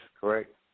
correct